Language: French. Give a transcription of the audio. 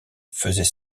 faisait